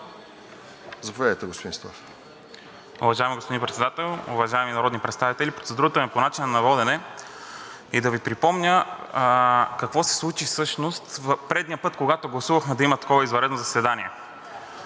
Заповядайте, господин Стоев.